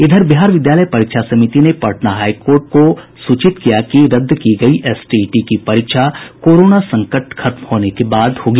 इधर बिहार विद्यालय परीक्षा समिति ने पटना हाईकोर्ट को सूचित किया है कि रद्द की गयी एसटीईटी परीक्षा कोरोना संकट खत्म होने के बाद होगी